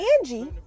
Angie